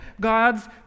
God's